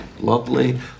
Lovely